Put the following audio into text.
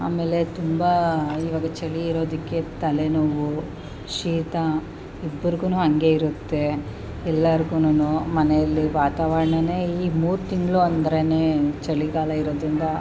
ಆಮೇಲೆ ತುಂಬ ಇವಾಗ ಚಳಿ ಇರೋದಕ್ಕೆ ತಲೆನೋವು ಶೀತ ಇಬ್ರಿಗೂನು ಹಾಗೆ ಇರುತ್ತೆ ಎಲ್ಲರಿಗೂನು ಮನೇಲಿ ವಾತಾವರಣವೇ ಈ ಮೂರು ತಿಂಗಳು ಅಂದರೇನೆ ಚಳಿಗಾಲ ಇರೋದರಿಂದ